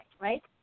right